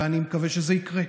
ואני מקווה שזה יקרה.